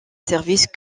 service